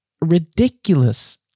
ridiculous